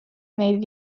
neid